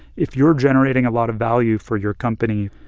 if you're generating a lot of value for your company,